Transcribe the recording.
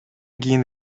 кийин